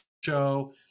show